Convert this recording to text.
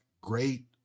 great